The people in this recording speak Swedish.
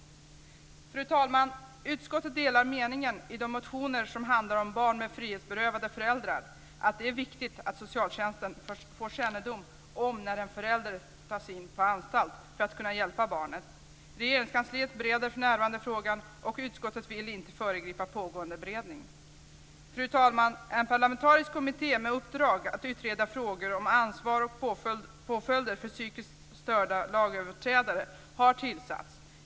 Fru talman! Utskottet delar den meningen i de motioner som handlar om barn med frihetsberövade föräldrar att det är viktigt att socialtjänsten får kännedom om när en förälder tas in på anstalt för att kunna hjälpa barnet. Regeringskansliet bereder för närvarande frågan, och utskottet vill inte föregripa pågående beredning. Fru talman! En parlamentarisk kommitté med uppdrag att utreda frågor om ansvar och påföljder för psykiskt störda lagöverträdare har tillsatts.